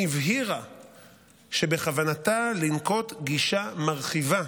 היא הבהירה שבכוונתה לנקוט גישה מרחיבה